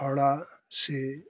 फावड़ा से